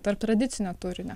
tarp tradicinio turinio